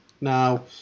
Now